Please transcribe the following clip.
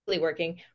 working